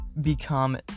become